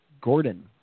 Gordon